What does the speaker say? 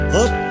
up